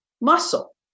muscle